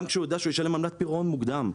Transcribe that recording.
כשהוא יודע שהוא ישלם עמלת פירעון מוקדם,